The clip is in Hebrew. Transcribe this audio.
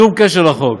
שום קשר לחוק.